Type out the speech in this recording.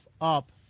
up